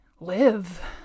live